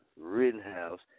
Rittenhouse